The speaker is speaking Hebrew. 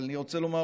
אבל אני רוצה לומר,